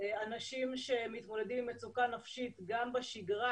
אנשים שמתמודדים עם מצוקה נפשית גם בשגרה